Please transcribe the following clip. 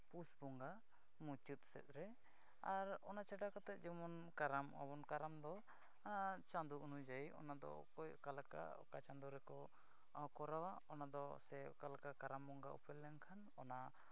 ᱯᱩᱥ ᱵᱚᱸᱜᱟ ᱢᱩᱪᱟᱹᱫ ᱥᱮᱫ ᱨᱮ ᱟᱨ ᱚᱱᱟ ᱪᱷᱟᱰᱟ ᱠᱟᱛᱮᱫ ᱡᱮᱢᱚᱱ ᱠᱟᱨᱟᱢᱚᱜᱼᱟ ᱵᱚᱱ ᱠᱟᱨᱟᱢ ᱫᱚ ᱪᱟᱸᱫᱳ ᱚᱱᱩᱡᱟᱭᱤ ᱚᱱᱟ ᱫᱚ ᱚᱠᱚᱭ ᱚᱠᱟ ᱞᱮᱠᱟ ᱪᱟᱸᱫᱳ ᱨᱮᱠᱚ ᱠᱚᱨᱟᱣᱟ ᱚᱱᱟ ᱫᱚ ᱥᱮ ᱚᱠᱟ ᱞᱮᱠᱟ ᱠᱟᱨᱟᱢ ᱵᱚᱸᱜᱟ ᱩᱯᱮᱞ ᱞᱮᱱᱠᱷᱟᱱ ᱚᱱᱟ